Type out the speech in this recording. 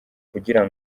kugira